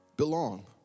belong